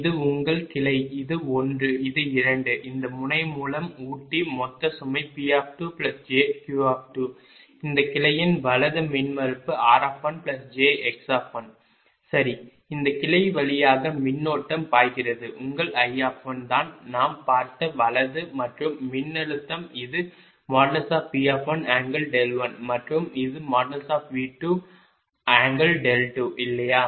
இது உங்கள் கிளை இது 1 இது 2 இந்த முனை மூலம் ஊட்டி மொத்த சுமை PjQ இந்த கிளையின் வலது மின்மறுப்பு rjx சரி இந்த கிளை வழியாக மின்னோட்டம் பாய்கிறது உங்கள் I தான் நாம் பார்த்த வலது மற்றும் மின்னழுத்தம் இது V11 மற்றும் இது V22 இல்லையா